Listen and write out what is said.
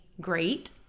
great